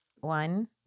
One